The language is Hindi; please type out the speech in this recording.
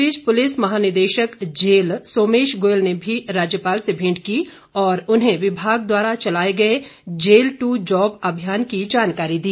इस बीच पुलिस महानिदेशक जेल सोमेश गोयल ने भी राज्यपाल से भेंट की और उन्हें विभाग द्वारा चलाए गए जेल टू जॉब अभियान की जानकारी दी